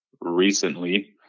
recently